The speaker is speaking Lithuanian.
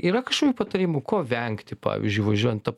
yra kažkokių patarimų ko vengti pavyzdžiui važiuojant